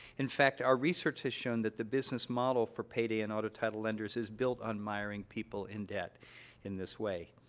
in fact, our research has shown that the business model for payday and auto title lenders is built on miring people in debt in this way.